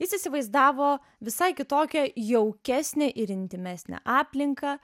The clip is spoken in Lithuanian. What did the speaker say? jis įsivaizdavo visai kitokią jaukesnę ir intymesnę aplinką